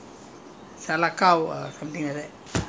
ah you know can't remember the numbers